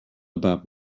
about